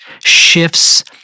shifts